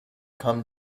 come